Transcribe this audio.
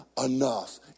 enough